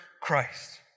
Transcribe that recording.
Christ